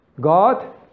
God